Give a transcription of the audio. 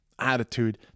attitude